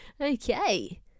Okay